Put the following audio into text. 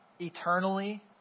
Eternally